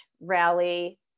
rally